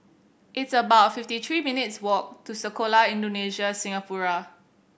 it's about fifty three minutes' walk to Sekolah Indonesia Singapura